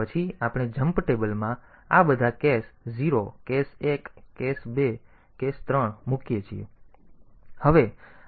અને પછી આપણે જમ્પ ટેબલમાં આપણે આ બધા કેસ કેસ 0 કેસ એક કેસ બે કેસ ત્રણ મૂકીએ છીએ તેથી અહીં મુકેલ છે